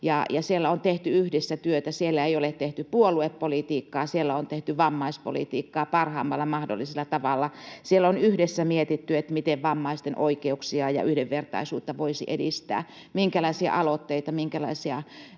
siellä on tehty yhdessä työtä. Siellä ei ole tehty puoluepolitiikkaa, siellä on tehty vammaispolitiikkaa parhaimmalla mahdollisella tavalla. Siellä on yhdessä mietitty, miten vammaisten oikeuksia ja yhdenvertaisuutta voisi edistää, minkälaisia aloitteita, minkälaisia